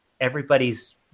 everybody's